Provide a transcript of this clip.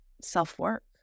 self-work